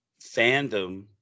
fandom